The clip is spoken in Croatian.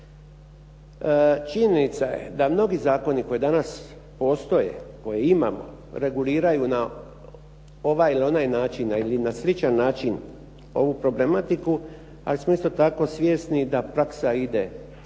Činjenica je da mnogi zakoni koji danas postoje, koje imamo, reguliraju na ovaj ili onaj način ili na sličan način ovu problematiku, ali smo isto tako svjesni da praksa ide često